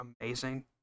amazing